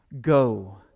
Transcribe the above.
Go